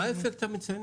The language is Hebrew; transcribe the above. איפה אפקט מצנן?